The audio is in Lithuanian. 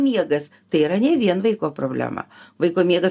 miegas tai yra nei vien vaiko problema vaiko miegas